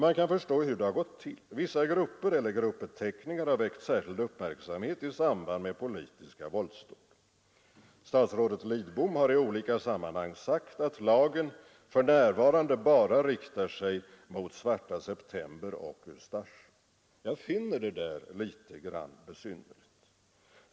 Man kan förstå hur det har gått till: vissa grupper eller gruppbeteckningar har väckt särskild uppmärksamhet i samband med politiska våldsdåd. Statsrådet Lidbom har i olika sammanhang sagt att lagen för närvarande bara riktar sig mot Svarta september och Ustasja. Jag finner det där litet besynnerligt.